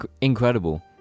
incredible